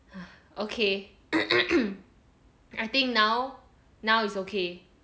ah okay I think now now is okay